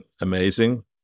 amazing